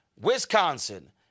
Wisconsin